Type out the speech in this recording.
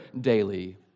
daily